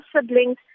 siblings